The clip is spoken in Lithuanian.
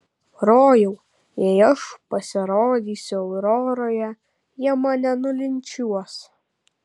rojau jei aš pasirodysiu auroroje jie mane nulinčiuos